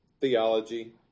theology